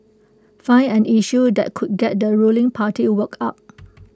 find an issue that could get the ruling party worked up